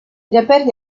reperti